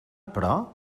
però